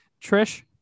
Trish